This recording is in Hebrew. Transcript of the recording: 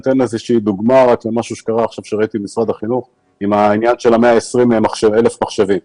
אני אתן דוגמה למשהו שקרה עכשיו במשרד החינוך עם 120,000 מחשבים.